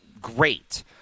great